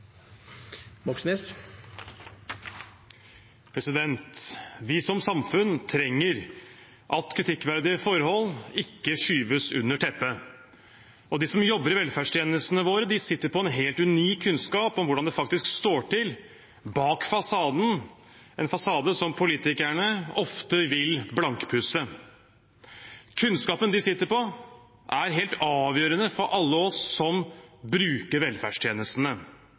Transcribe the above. Vi som samfunn trenger at kritikkverdige forhold ikke skyves under teppet. De som jobber i velferdstjenestene våre, sitter på en helt unik kunnskap om hvordan det faktisk står til bak fasaden, en fasade som politikerne ofte vil blankpusse. Kunnskapen de sitter på, er helt avgjørende for alle oss som bruker velferdstjenestene.